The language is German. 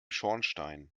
schornstein